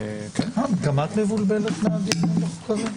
אז כולם הבינו באיזה מסמך אנחנו?